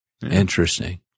Interesting